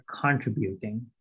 contributing